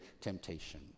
temptation